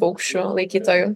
paukščių laikytojų